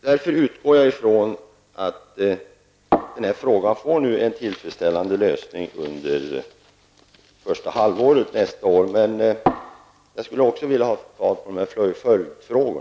Därför utgår jag ifrån att frågan får en tillfredsställande lösning under första halvåret nästa år.